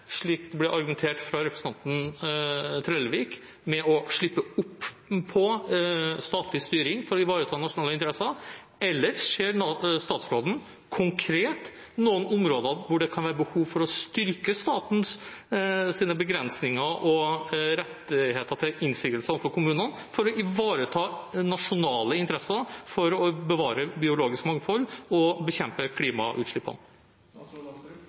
slik det ble argumentert for av representanten Trellevik, å slippe opp på statlig styring for å ivareta nasjonale interesser? Eller ser statsråden konkret noen områder der det kan være behov for å styrke statens begrensninger og rettigheter til innsigelser overfor kommunene for å ivareta nasjonale interesser for å bevare biologisk mangfold og bekjempe